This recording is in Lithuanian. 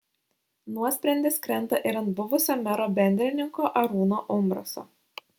nuosprendis krenta ir ant buvusio mero bendrininko arūno umbraso